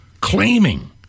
claiming